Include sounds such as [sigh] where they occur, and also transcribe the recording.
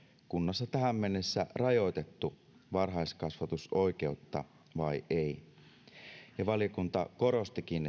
kunnassa tähän mennessä rajoitettu varhaiskasvatusoikeutta vai ei valiokunta korostikin [unintelligible]